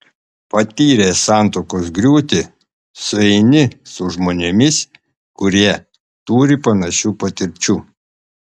patyręs santuokos griūtį sueini su žmonėmis kurie turi panašių patirčių